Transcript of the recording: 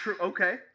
Okay